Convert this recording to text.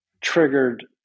triggered